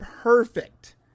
perfect